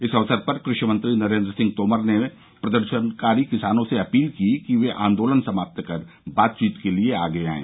इस अवसर पर कृषि मंत्री नरेंद्र सिंह तोमर ने प्रदर्शनकारी किसानों से अपील की कि वे आंदोलन समाप्त कर बातचीत के लिए आगे आएं